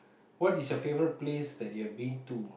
what is your favourite place that you have been to